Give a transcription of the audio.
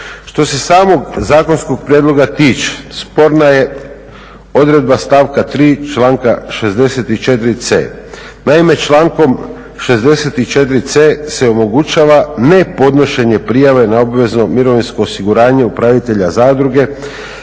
Što se samog zakonskog prijedloga tiče, sporna je odredba stavka 3 članka 64c. Naime, člankom 64c se omogućava ne podnošenje prijave na obvezno mirovinsko osiguranje upravitelja zadruge,